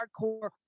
hardcore